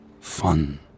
fun